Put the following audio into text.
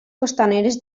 costaneres